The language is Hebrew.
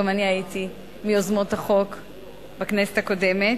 גם אני הייתי מיוזמות החוק בכנסת הקודמת,